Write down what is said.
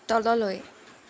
তললৈ